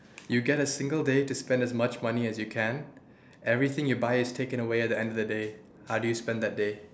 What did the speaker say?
you get a single day to spend as much money as you can everything you buy is taken away at the end of the day how would you spend that day